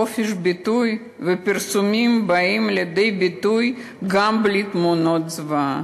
חופש ביטוי ופרסומים באים לידי ביטוי גם בלי תמונות זוועה.